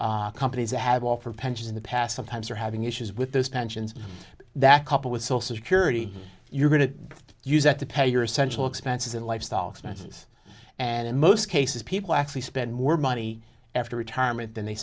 today companies that have offered pensions in the past sometimes are having issues with those pensions that couple with social security you're going to use that to pay your essential expenses and lifestyle expenses and in most cases people actually spend more money after retirement than they